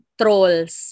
trolls